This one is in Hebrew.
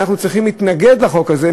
שאנחנו צריכים להתנגד לחוק הזה,